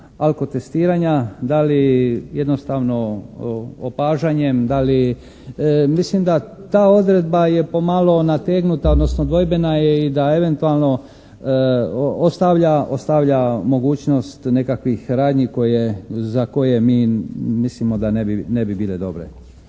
alko testiranja, da li jednostavno opažanjem, da li, mislim da ta odredba je pomalo nategnuta odnosno dvojbena je i da eventualno ostavlja mogućnost nekakvih radnji za koje mi mislimo da ne bi bile dobre.